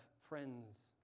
friends